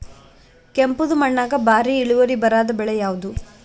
ಕೆಂಪುದ ಮಣ್ಣಾಗ ಭಾರಿ ಇಳುವರಿ ಬರಾದ ಬೆಳಿ ಯಾವುದು?